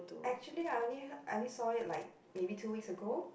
actually I only heard I only saw it like maybe two weeks ago